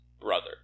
brother